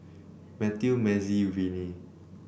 Mathew Mazie Viney